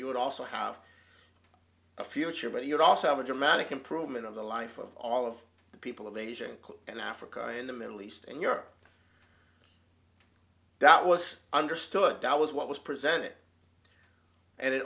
he would also have a future but you also have a dramatic improvement of the life of all of the people of asia and africa and the middle east and europe that was understood that was what was presented and it